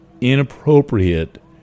inappropriate